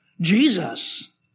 Jesus